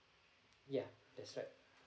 ya that's right